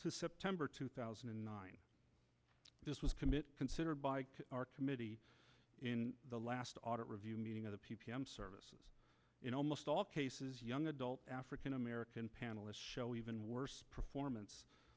september two thousand and nine this was committed considered by our committee in the last audit review meeting of the services in almost all cases young adult african american panelists show even worse performance